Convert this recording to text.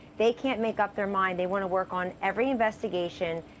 they can't make up their mind. they want to work on every investigation,